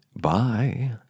Bye